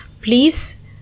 please